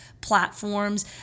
platforms